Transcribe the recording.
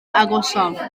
agosaf